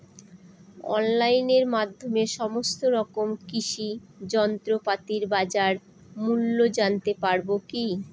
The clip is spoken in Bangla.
অনলাইনের মাধ্যমে সমস্ত রকম কৃষি যন্ত্রপাতির বাজার মূল্য জানতে পারবো কি?